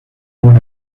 more